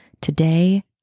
Today